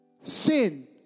sin